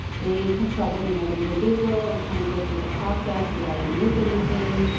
they consult with another individual and kind of go through the process. did i miss anything?